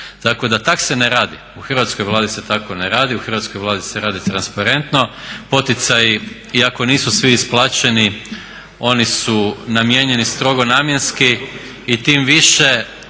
za pročelnika za gospodarstvo. Tako da tako se ne radi, u hrvatskoj Vladi se radi transparentno. Poticaji iako nisu svi isplaćeni oni su namijenjeni strogo namjenski i tim više